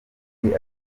avuye